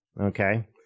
Okay